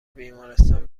بیمارستان